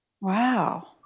Wow